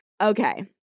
Okay